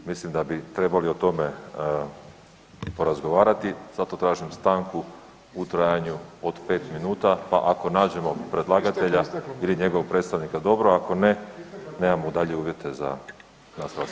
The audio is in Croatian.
Mislim da bi trebali o tome porazgovarati zato tražim stanku u trajanju od 5 minuta, pa ako nađemo predlagatelja ili njegovog predstavnika dobro, ako ne nemamo dalje uvjete za nastavak sjednice.